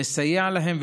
תסייע להם,